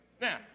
Now